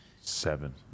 Seven